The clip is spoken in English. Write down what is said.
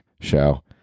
show